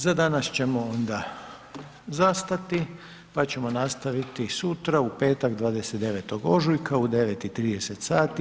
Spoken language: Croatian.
Za danas ćemo onda zastati pa ćemo nastaviti sutra, u petak, 29. ožujka u 9,30 sati.